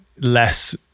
Less